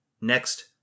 Next